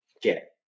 get